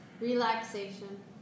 relaxation